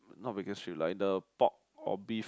not because you like the pork or beef